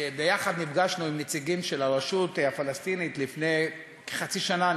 וביחד נפגשנו עם נציגים של הרשות הפלסטינית לפני כחצי שנה,